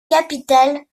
capitale